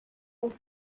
auf